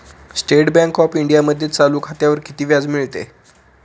State Bank of इंडियामध्ये चालू खात्यावर किती व्याज मिळते?